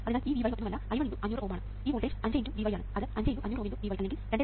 അതിനാൽ ഈ Vy മറ്റൊന്നുമല്ല I 1×500Ω ആണ് ഈ വോൾട്ടേജ് 5×Vy ആണ് അത് 5×500Ω ×Vy അല്ലെങ്കിൽ 2